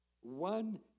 One